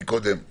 הבעיה לא נפתרה,